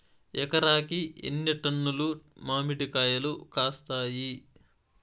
ఎకరాకి ఎన్ని టన్నులు మామిడి కాయలు కాస్తాయి?